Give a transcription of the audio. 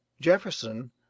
jefferson